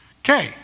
Okay